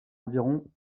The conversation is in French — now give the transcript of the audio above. environ